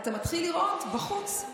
אתה מתחיל לראות בחוץ,